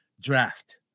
draft